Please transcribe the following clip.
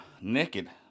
naked